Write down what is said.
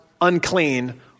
unclean